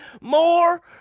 more